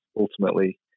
ultimately